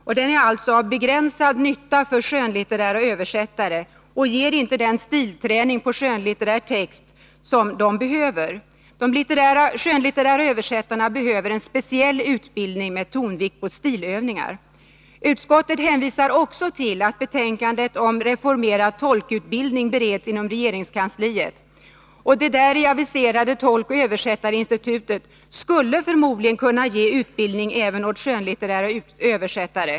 Den är alltså av begränsad nytta för skönlitterära översättare och ger inte den stilträning på skönlitterär text som de behöver. De skönlitterära översättarna är i behov av en speciell utbildning med tonvikt på stilövningar. Utskottet hänvisar också till att betänkandet om reformerad tolkutbildning bereds inom regeringskansliet. Det däri aviserade tolkoch översättarinstitutet skulle förmodligen kunna ge utbildning även åt skönlitterära översättare.